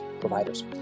providers